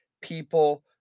people